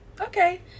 okay